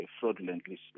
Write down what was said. fraudulently